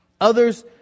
Others